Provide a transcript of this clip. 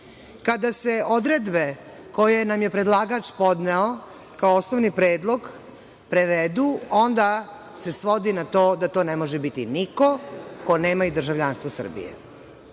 se odredbe koje nam je predlagač podneo kao osnovni predlog prevedu, onda se svodi na to da to ne može biti niko ko nema državljanstvo Srbije.